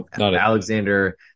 Alexander